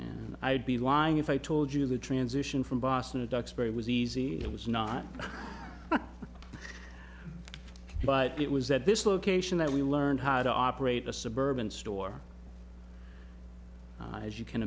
and i'd be lying if i told you the transition from boston to duxbury was easy it was not but it was at this location that we learned how to operate a suburban store as you can